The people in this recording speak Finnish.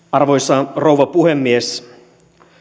arvoisa rouva puhemies